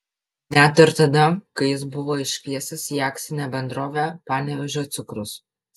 net ir tada kai jis buvo iškviestas į akcinę bendrovę panevėžio cukrus